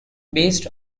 based